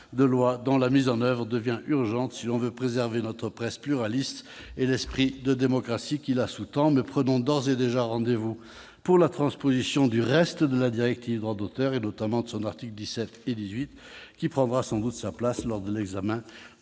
de loi, dont la mise en oeuvre devient urgente si l'on veut préserver notre presse pluraliste et l'esprit de démocratie qui la sous-tend. Prenons d'ores et déjà rendez-vous pour la transposition du reste de la directive Droit d'auteur, notamment de ses articles 17 et 18, qui trouvera sans doute sa place lors de l'examen du projet